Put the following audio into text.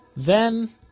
then,